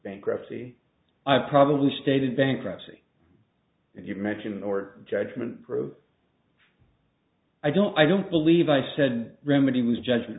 bankruptcy i probably stated bankruptcy if you mention or judgment proof i don't i don't believe i said remedy was judgment